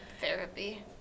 Therapy